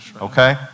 okay